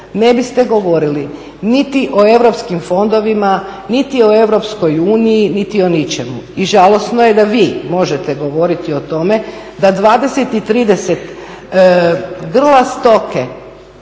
ne biste govorili niti o europskim fondovima, niti o EU niti o ničemu. I žalosno je da vi možete govoriti o tome, da 20 i 30 grla stoke